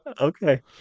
Okay